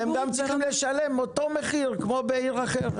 גם צריכים לשלם אותו מחיר כמו בעיר אחרת.